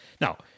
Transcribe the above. Now